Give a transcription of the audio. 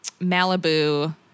malibu